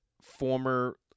former